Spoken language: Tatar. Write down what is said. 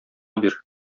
бир